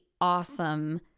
awesome